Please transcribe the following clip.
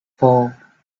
four